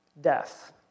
Death